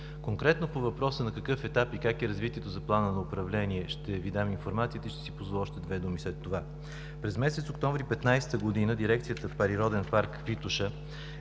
Конкретно по въпроса – на какъв етап и как е развитието на плана на управление? Ще Ви дам информацията и ще си позволя още две думи след това. През месец октомври 2015 г. дирекцията „Природен парк „Витоша“